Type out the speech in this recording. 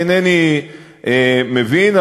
אינני מבין,